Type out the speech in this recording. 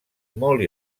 molt